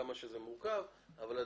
רמות המחיר